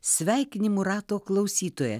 sveikinimų rato klausytoja